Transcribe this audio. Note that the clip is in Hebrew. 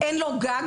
אין לו גג.